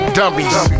dummies